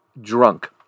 drunk